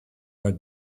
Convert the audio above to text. are